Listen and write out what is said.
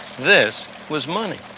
this was money.